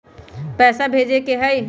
पैसा भेजे के हाइ?